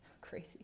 Crazy